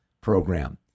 program